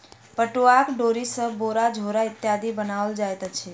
पटुआक डोरी सॅ बोरा झोरा इत्यादि बनाओल जाइत अछि